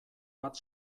bat